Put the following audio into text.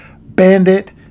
bandit